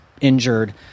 injured